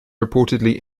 reportedly